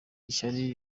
ishyari